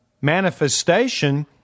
manifestation